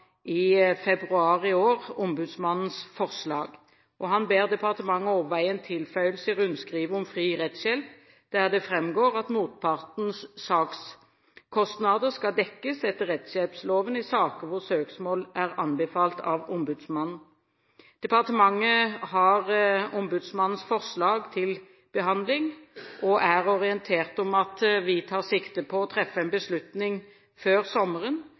i februar i år ombudsmannens forslag. Han ber departementet overveie en tilføyelse i rundskrivet om fri rettshjelp der det framgår at motpartens sakskostnader skal dekkes etter rettshjelploven i saker hvor søksmål er anbefalt av ombudsmannen. Departementet har ombudsmannens forslag til behandling, og han er orientert om at vi tar sikte på å treffe en beslutning før sommeren,